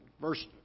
verse